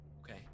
Okay